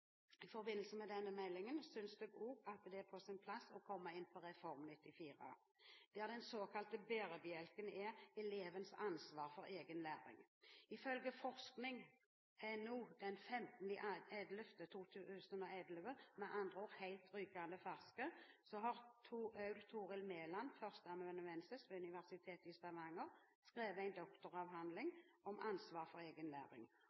med denne meldingen synes jeg også at det er sin plass å komme inn på Reform 94, der den såkalte bærebjelken er elevens ansvar for egen læring. Ifølge forskning.no den 15. november i år – med andre ord helt rykende fersk – har Aud Torill Meland, førsteamanuensis ved Universitetet i Stavanger, skrevet en doktoravhandling om ansvar for egen læring. Avhandlingen viser at kun en tredjedel av elevene hun forsket på, klarte å ta ansvar for egen læring.